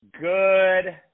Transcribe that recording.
Good